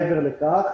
מעבר לכך,